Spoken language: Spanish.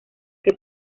que